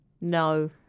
no